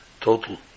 total